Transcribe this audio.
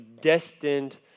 destined